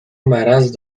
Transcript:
مرض